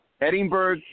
Edinburgh